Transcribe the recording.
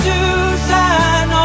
Susan